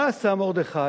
מה עשה מרדכי?